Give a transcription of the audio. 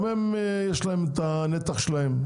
גם הם יש להם את הנתח שלהם.